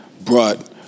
brought